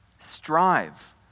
Strive